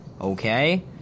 okay